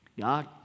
God